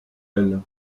elle